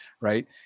right